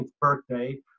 birthday